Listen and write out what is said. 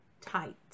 tight